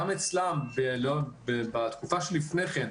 גם אצלם בתקופה שלפני כן,